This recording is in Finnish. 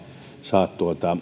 saa